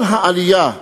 כל העלייה לַציוּן,